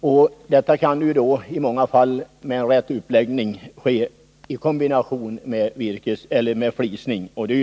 Med en riktig uppläggning kan detta i många fall ske i kombination med flisning o. d.